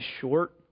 short